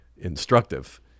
instructive